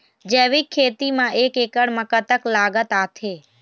जैविक खेती म एक एकड़ म कतक लागत आथे?